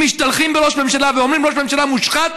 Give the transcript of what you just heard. אם משתלחים בראש ממשלה ואומרים "ראש ממשלה מושחת",